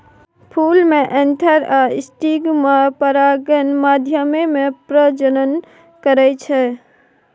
फुल मे एन्थर आ स्टिगमा परागण माध्यमे प्रजनन करय छै